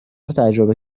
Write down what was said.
تجربه